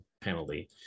penalty